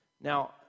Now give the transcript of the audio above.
Now